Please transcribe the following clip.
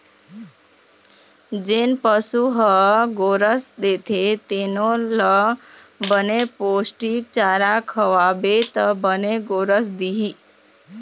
जेन पशु ह गोरस देथे तेनो ल बने पोस्टिक चारा खवाबे त बने गोरस दिही